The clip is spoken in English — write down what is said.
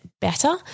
Better